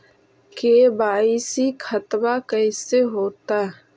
KYC खतबा कैसे होता?